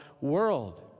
world